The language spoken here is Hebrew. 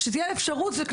שתהיה אפשרות של קנסות.